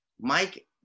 Mike